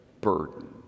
burden